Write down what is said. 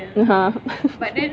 (uh huh)